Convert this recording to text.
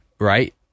Right